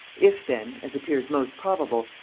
if then, as appears most probable,